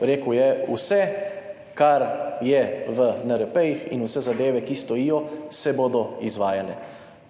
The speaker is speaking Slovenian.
rekel je, vse, kar je v NRP, in vse zadeve, ki stojijo, se bodo izvajale.